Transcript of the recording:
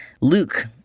Luke